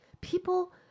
people